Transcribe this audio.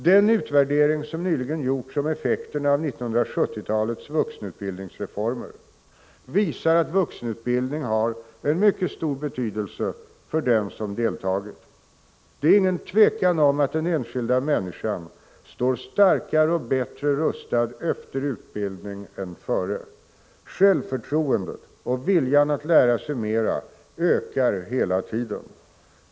Den utvärdering som nyligen gjorts om effekterna av 1970-talets vuxenutbildningsreformer visar att vuxenutbildning har en mycket stor betydelse för den som deltagit. Det är ingen tvekan om att den enskilda människan står starkare och bättre rustad efter utbildning än före. Självförtroendet och viljan att lära sig mera ökar hela tiden.